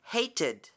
hated